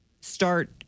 start